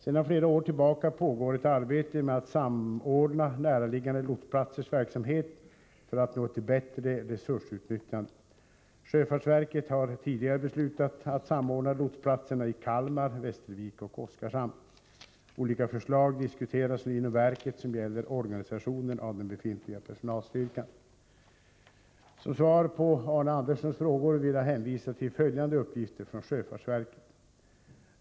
Sedan flera år tillbaka pågår ett arbete med att samordna näraliggande lotsplatsers verksamhet för att nå ett bättre resursutnyttjande. Sjöfartsverket har tidigare beslutat att samordna lotsplatserna i Kalmar, Västervik och Oskarshamn. Olika förslag diskuteras nu inom verket som gäller organisationen av den befintliga personalstyrkan. Som svar på Arne Anderssons frågor vill jag hänvisa till följande uppgifter från sjöfartsverket.